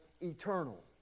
eternal